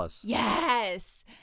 Yes